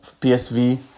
PSV